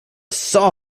saw